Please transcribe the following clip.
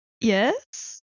yes